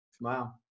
Wow